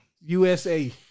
USA